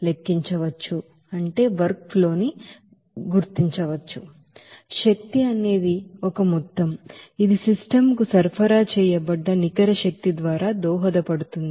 energy అనేది ఒక మొత్తం ఇది సిస్టమ్ కు సరఫరా చేయబడ్డ నికర ఎనర్జీ ద్వారా దోహదపడుతుంది